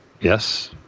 Yes